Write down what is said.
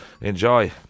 Enjoy